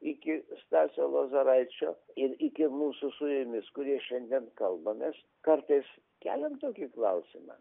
iki stasio lozoraičio ir iki mūsų su jumis kurie šiandien kalbamės kartais keliam tokį klausimą